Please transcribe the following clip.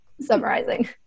summarizing